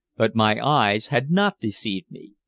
but my eyes had not deceived me.